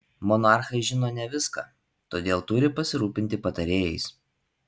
monarchai žino ne viską todėl turi pasirūpinti patarėjais